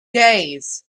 days